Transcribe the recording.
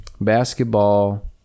basketball